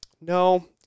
no